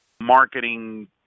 marketing